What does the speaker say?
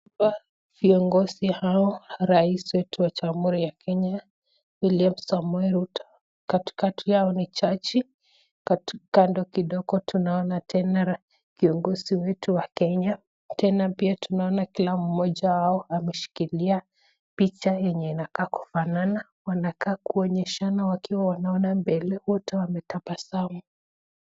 Viongozi hawa rais wetu wa jamuhuri ya kenya William samoei Rutu, katikati yao ni jaji kando kidogo pia tunaona kiongozi wetu wa Kenya tena tunaona pia kila mmoja wao ameshikilia picha yenye inakaa kufanana, wanakaa kuonyeshana wakiwa wanaangalia mbele wote wametabasamu.